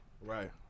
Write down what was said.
Right